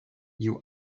you